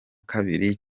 kabiri